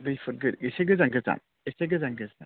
दुइ फुट एसे गोजान गोजान एसे गोजान गोजान